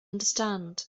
understand